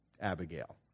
Abigail